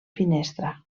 finestra